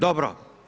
Dobro.